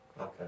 Okay